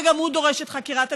וגם הוא דורש את חקירת המשטרה,